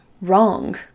wrong